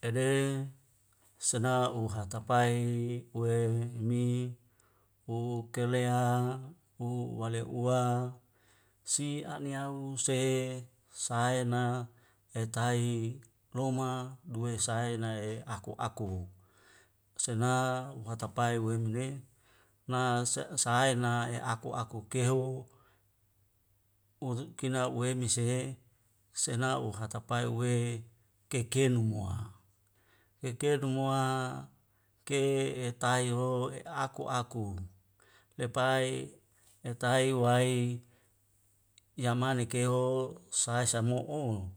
Ele sena u hatapai we mi uk kelea u wale ua si a'niau sehe saena etai loma dua sehae nae aku aku sehna uhatapae wemene na sa sahair na e aku aku kehu usu'kina wemisehe sehna uhatapae uwei kekenum mua. kekenum mua ke hetayoho e aku aku lepai etai wai yamane keho sai samua'o